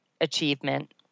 achievement